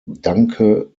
danke